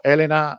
Elena